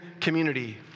community